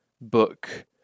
book